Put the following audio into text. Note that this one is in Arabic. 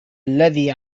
الذي